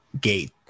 gate